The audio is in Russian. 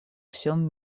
всем